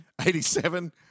87